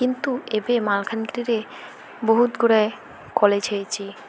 କିନ୍ତୁ ଏବେ ମାଲକାନଗିରିରେ ବହୁତଗୁଡ଼ାଏ କଲେଜ୍ ହୋଇଛି